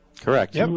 Correct